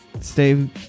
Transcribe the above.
Stay